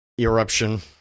eruption